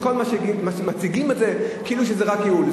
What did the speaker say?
כשכל מה שמציגים זה כאילו שזה רק ייעול.